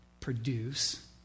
produce